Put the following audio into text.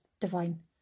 divine